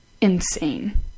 insane